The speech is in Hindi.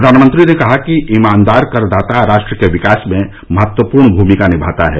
प्रधानमंत्री ने कहा कि ईमानदार करदाता राष्ट्र के विकास में महत्वपूर्ण भूमिका निभाता है